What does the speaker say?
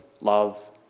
love